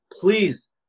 please